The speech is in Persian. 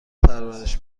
پرورش